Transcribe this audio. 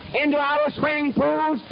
into our swimming pools,